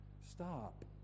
Stop